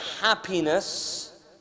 happiness